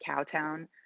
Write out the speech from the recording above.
Cowtown